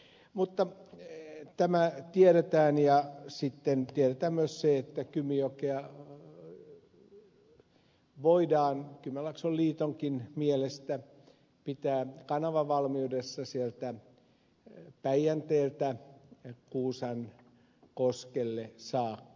mutta tämä tiedetään ja sitten tiedetään myös se että kymijokea voidaan kymenlaakson liitonkin mielestä pitää kanavavalmiudessa päijänteeltä kuusankoskelle saakka